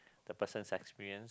the person's experience